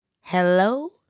Hello